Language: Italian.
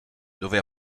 dove